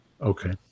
Okay